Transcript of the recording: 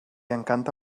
encanta